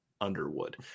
Underwood